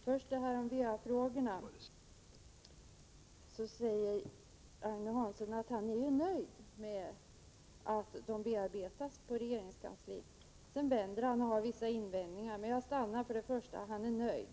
Herr talman! Först beträffande va-frågan. Agne Hansson är nöjd med att förslaget bearbetas i regeringskansliet. Sedan ändrar han sig och gör vissa invändningar. Jag tar fasta på detta att han först och främst är nöjd.